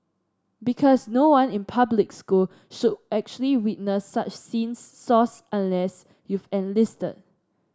because no one in public school should actually witness such scenes source unless you've enlisted